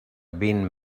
been